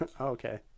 Okay